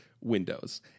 windows